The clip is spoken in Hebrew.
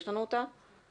בוקר טוב.